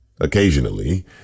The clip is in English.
Occasionally